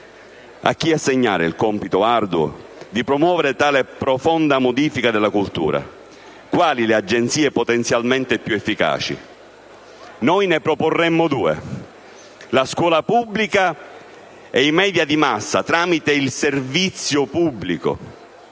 A chi assegnare il compito arduo di promuovere tale profonda modifica della cultura? Quali le agenzie potenzialmente più efficaci? Noi ne proporremmo due: la scuola pubblica e i *media* di massa, tramite il servizio pubblico.